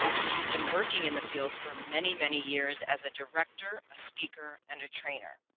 and she's been working in the field for many many years as a director, a speaker, and a trainer.